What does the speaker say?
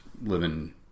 living